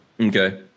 Okay